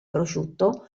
prosciutto